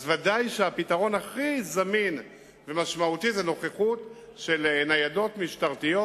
ודאי שהפתרון הכי זמין ומשמעותי הוא נוכחות של ניידות משטרתיות,